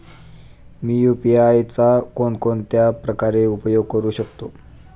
मी UPI चा कोणकोणत्या प्रकारे उपयोग करू शकतो?